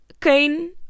Cain